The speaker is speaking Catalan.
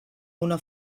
una